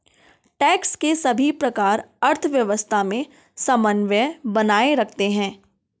tax के सभी प्रकार अर्थव्यवस्था में समन्वय बनाए रखते हैं